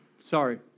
Sorry